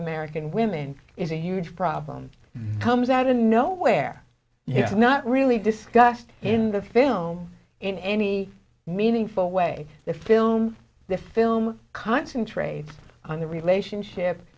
american women is a huge problem comes out of nowhere it's not really discussed in the film in any meaningful way the film the film concentrates on the relationship